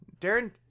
darren